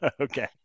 Okay